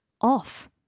off